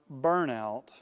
burnout